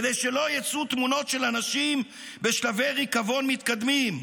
כדי שלא יצאו תמונות של אנשים בשלבי ריקבון מתקדמים",